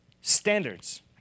standards